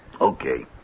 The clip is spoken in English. Okay